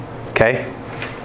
Okay